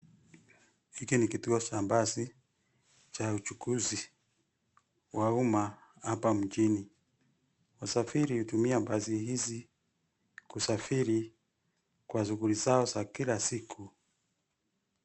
Hiki ni kituo cha basi cha uchukuzi wa umma hapa mjini. Wasafiri hutumia basi hizi kusafiri kwa shuguli zao za kila siku.